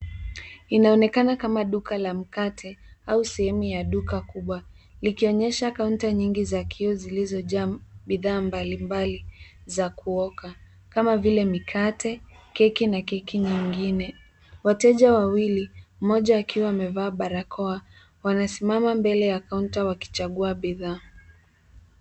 Inaonekana kama duka la mkate au sehemu ya duka kubwa likionyesha kaunta nyingi za kioo zilizojaa bidhaa mbalimbali za kuoka kama vile mikate, keki na keki nyingine. Wateja wawili, mmoja akiwa amevaa barakoa, wanasimama mbele ya kaunta wakichagua bidhaa.